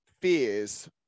fears